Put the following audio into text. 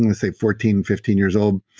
and say fourteen, fifteen years old.